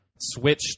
switch